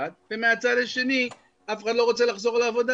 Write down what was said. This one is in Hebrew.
ומהצד השני אף אחד לא רוצה לחזור לעבודה,